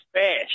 fast